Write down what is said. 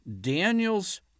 Daniel's